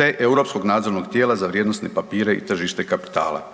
te Europskog nadzornog tijela za vrijednosne papire i tržište kapitala.